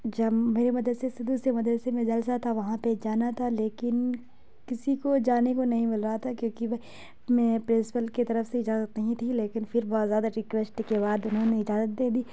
جب میرے مدرسے سے دوسرے مدرسے میں جلسہ تھا وہاں پہ جانا تھا لیکن کسی کو جانے کو نہیں مل رہا تھا کیونکہ میں پرنسپل کی طرف سے اجازت نہیں تھی لیکن پھر بہت زیادہ ریکویسٹ کے بعد انہوں نے اجازت دے دی